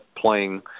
playing